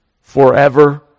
forever